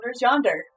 yonder